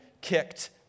kicked